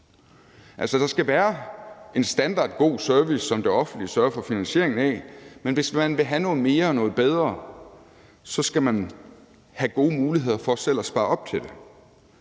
der skal være en standard for god service, som det offentlige sørger for finansieringen af, men hvis man vil have noget mere og noget bedre, skal man have gode muligheder for selv at spare op til det.